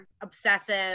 obsessive